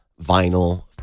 vinyl